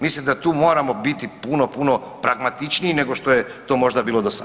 Mislim da tu moramo biti puno puno pragmatičniji nego što je to možda bilo do sada.